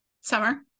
Summer